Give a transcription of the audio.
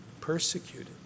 persecuted